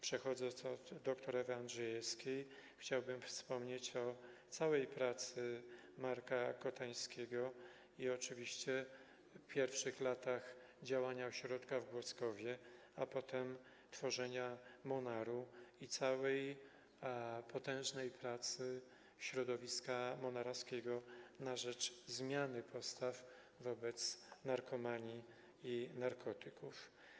Przechodząc od dr Ewy Andrzejewskiej, chciałbym wspomnieć o całej pracy Marka Kotańskiego i oczywiście pierwszych latach działania ośrodka w Głoskowie, a potem tworzenia Monaru i całej potężnej pracy środowiska monarowskiego na rzecz zmiany postaw wobec narkomanii i narkotyków.